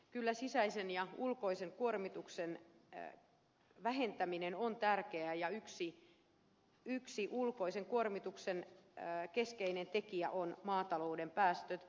kyllä sisäisen ja ulkoisen kuormituksen vähentäminen on tärkeää ja yksi ulkoisen kuormituksen keskeinen tekijä on maatalouden päästöt